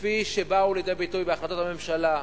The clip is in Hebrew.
כפי שבאו לידי ביטוי בהחלטות הממשלה,